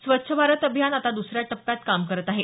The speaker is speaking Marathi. स्वच्छ भारत अभियान आता दसऱ्या टप्प्यात काम करत आहे